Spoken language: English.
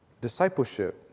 Discipleship